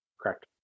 Correct